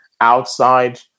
outside